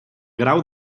grau